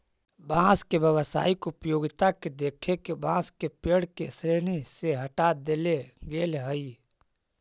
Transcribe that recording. बाँस के व्यावसायिक उपयोगिता के देख के बाँस के पेड़ के श्रेणी से हँटा देले गेल हइ